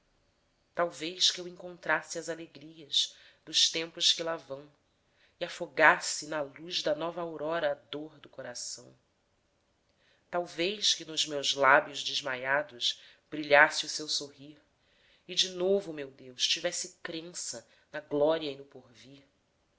talvez talvez que eu encontrasse as alegrias dos tempos que lá vão e afogasse na luz da nova aurora a dor do coração talvez que nos meus lábios desmaiados brilhasse o seu sorrir e de novo meu deus tivesse crença na glória e no porvir